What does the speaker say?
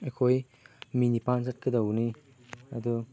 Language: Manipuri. ꯑꯩꯈꯣꯏ ꯃꯤ ꯅꯤꯄꯥꯟ ꯆꯠꯀꯗꯧꯕꯅꯤ ꯑꯗꯨ